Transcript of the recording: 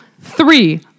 Three